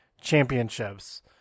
championships